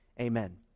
amen